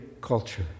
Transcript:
culture